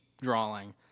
drawing